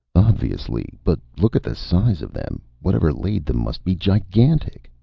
obviously. but look at the size of them! whatever laid them must be gigantic.